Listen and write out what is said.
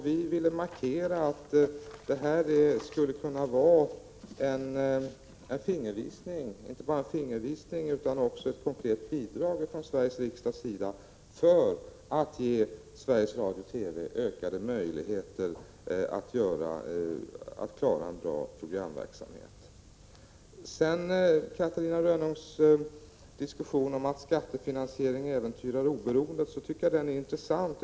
Vi ville markera att detta skulle kunna vara inte bara en fingervisning utan ett komplett bidrag från Sveriges riksdag för att ge Sveriges Radio ökade möjligheter att klara en bra programverksamhet. Catarina Rönnungs diskussion om att skattefinansiering äventyrar oberoendet är intressant.